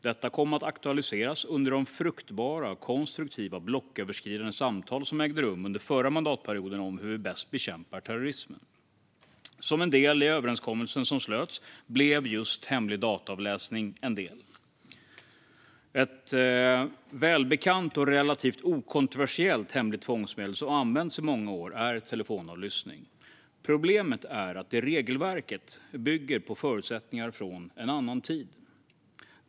Detta kom att aktualiseras under de fruktbara och konstruktiva blocköverskridande samtal som ägde rum under förra mandatperioden om hur vi bäst bekämpar terrorismen. Just hemlig dataavläsning blev en del i den överenskommelse som slöts. Ett välbekant och relativt okontroversiellt hemligt tvångsmedel som har använts i många år är telefonavlyssning. Problemet är att det regelverket bygger på förutsättningar från en annan tid.